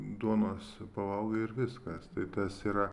duonos pavalgai ir viskas tai tas yra